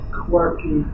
quirky